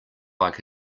like